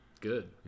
Good